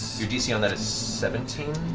your dc on that is seventeen,